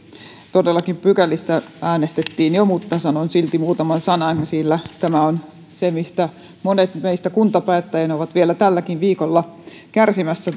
todellakin pykälistä äänestettiin jo mutta sanon silti muutaman sanan sillä tämä on se mistä monet meistä kuntapäättäjinä ovat vielä tälläkin viikolla kärsimässä